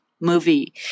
movie